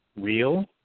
real